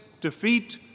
defeat